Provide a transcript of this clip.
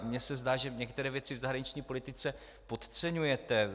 A mně se zdá, že některé věci v zahraniční politice podceňujete.